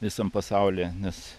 visam pasaulyje nes